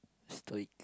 stoic